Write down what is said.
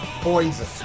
poison